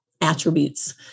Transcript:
attributes